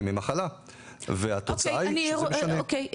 ימי מחלה והתוצאה היא שזה משנה --- אוקי,